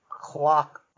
clock